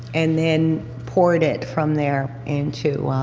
and then poured it from there into